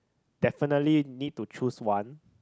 definitely need to choose one